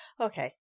Okay